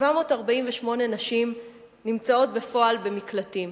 748 נשים נמצאות בפועל במקלטים.